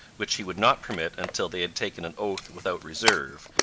which he would not permit until they had taken an oath without reserve,